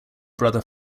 brother